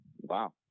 Wow